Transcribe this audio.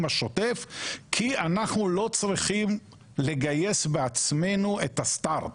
השוטף כי אנחנו לא צריכים לגייס בעצמנו את ה-start.